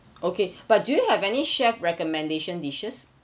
okay but do you have any chef recommendation dishes